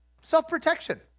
Self-protection